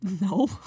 no